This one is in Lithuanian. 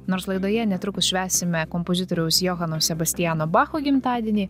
nors laidoje netrukus švęsime kompozitoriaus johano sebastiano bacho gimtadienį